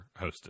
hosted